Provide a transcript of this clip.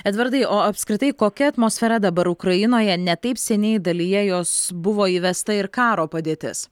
edvardai o apskritai kokia atmosfera dabar ukrainoje ne taip seniai dalyje jos buvo įvesta ir karo padėtis